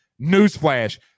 Newsflash